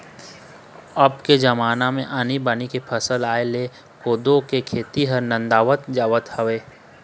अब के जमाना म आनी बानी के फसल आय ले कोदो के खेती ह नंदावत जावत हवय